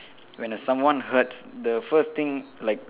when the someone hurts the first thing like